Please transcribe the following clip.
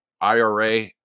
IRA